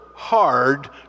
Hard